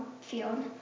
field